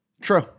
True